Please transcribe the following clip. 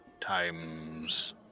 times